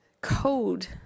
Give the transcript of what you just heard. code